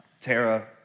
Tara